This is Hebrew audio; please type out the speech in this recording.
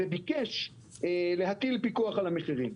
וביקש להטיל פיקוח על המחירים.